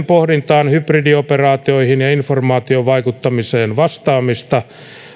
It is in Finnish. pohditaan hybridioperaatioihin ja informaatiovaikuttamiseen vastaamista